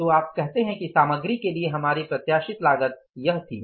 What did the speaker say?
तो आप कहते हैं कि सामग्री के लिए हमारी प्रत्याशित लागत यह थी